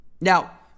now